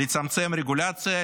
לצמצם רגולציה,